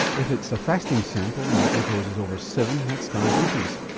if it's a fasting sample and your glucose is over seven that's diabetes.